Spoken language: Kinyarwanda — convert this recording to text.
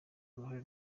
uruhare